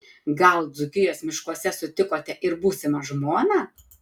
gal dzūkijos miškuose sutikote ir būsimą žmoną